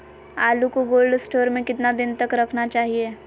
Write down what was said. आलू को cold store में कितना दिन तक रखना चाहिए?